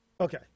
Okay